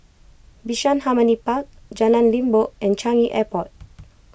Bishan Harmony Park Jalan Limbok and Changi Airport